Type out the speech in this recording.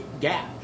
gap